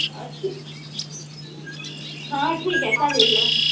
हां ठीक आहे चालेल नं